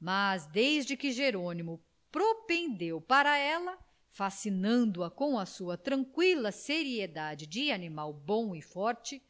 mas desde que jerônimo propendeu para ela fascinando a com a sua tranqüila seriedade de animal bom e forte